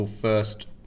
first